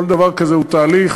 כל דבר כזה הוא תהליך.